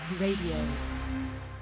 Radio